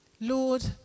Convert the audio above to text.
Lord